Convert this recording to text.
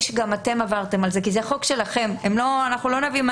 אנחנו לא נביא משהו לא על דעתכן.